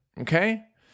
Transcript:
okay